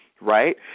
Right